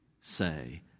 say